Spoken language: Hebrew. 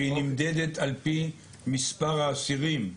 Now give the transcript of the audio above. שהיא נמדדת על פי מספר האסירים.